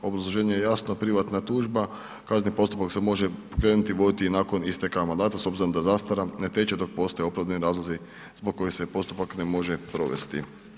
Obrazloženje je jasno, privatna tužba, kazneni postupak se može pokrenuti i voditi i nakon isteka mandata s obzirom da zastara ne teče dok postoje opravdani razlozi zbog kojih se postupak ne može provesti.